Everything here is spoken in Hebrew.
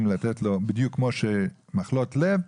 לתת לו בדיוק כמו שנותנים במחלות לב.